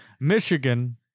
Michigan